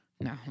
no